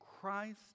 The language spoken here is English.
Christ